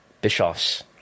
bischoff's